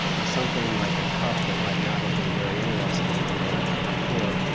ah something like a cup that might not have been very interesting to them before,